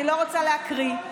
אני לא רוצה להקריא.